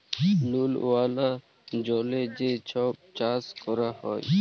লুল ওয়ালা জলে যে ছব চাষ ক্যরা হ্যয়